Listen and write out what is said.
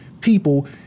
people